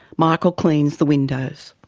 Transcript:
michael cleans the windows.